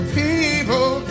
people